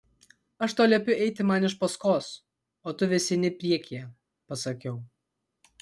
aš tau liepiu eiti man iš paskos o tu vis eini priekyje pasakiau